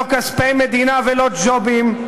לא כספי המדינה ולא ג'ובים,